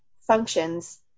functions